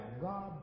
God